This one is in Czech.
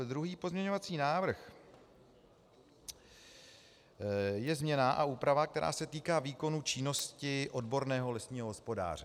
Druhý pozměňovací návrh je změna a úprava, která se týká výkonu činnosti odborného lesního hospodáře.